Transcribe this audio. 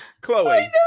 Chloe